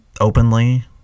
openly